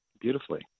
beautifully